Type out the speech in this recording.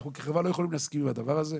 אנחנו כחברה לא יכולים להסכים עם הדבר הזה.